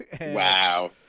Wow